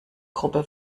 gruppe